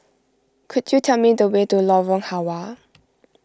could you tell me the way to Lorong Halwa